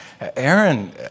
Aaron